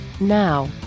now